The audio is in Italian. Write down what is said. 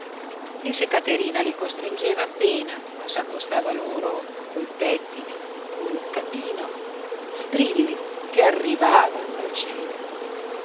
e se caterina lo costringeva appena o s'accostava loro col pettine o col catino strilli che arrivavano al cielo